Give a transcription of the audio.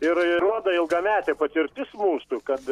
ir ir rodo ilgametė patirtis mūsų kad